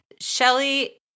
Shelly